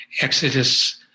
exodus